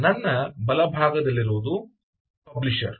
ನನ್ನ ಬಲಭಾಗದಲ್ಲಿರುವುದು ಪಬ್ಲಿಷರ್